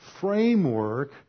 framework